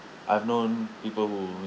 I've known people who